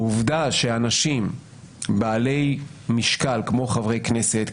העובדה שאנשים בעלי משקל כמו חברי כנסת,